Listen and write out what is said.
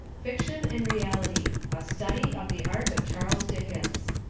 fiction and reality a study of the art of charles dickens